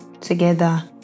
together